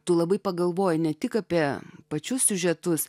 tu labai pagalvoji ne tik apie pačius siužetus